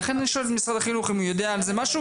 לכן אני שואל את משרד החינוך אם הוא יודע על זה משהו,